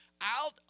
out